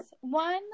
One